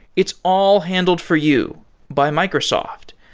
it's all handled for you by microsoft.